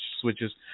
switches